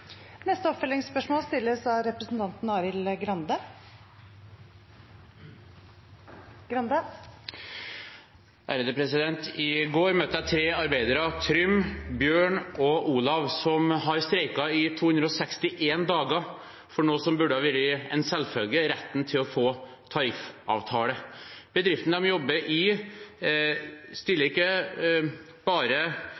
Arild Grande – til oppfølgingsspørsmål. I går møtte jeg tre arbeidere, Trym, Bjørn og Olav, som har streiket i 261 dager for noe som burde ha vært en selvfølge: retten til å få tariffavtale. Bedriften de jobber i,